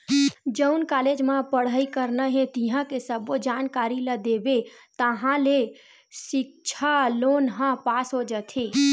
जउन कॉलेज म पड़हई करना हे तिंहा के सब्बो जानकारी ल देबे ताहाँले सिक्छा लोन ह पास हो जाथे